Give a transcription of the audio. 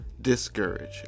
discourage